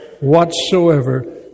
whatsoever